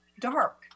dark